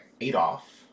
Adolf